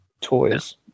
toys